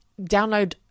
download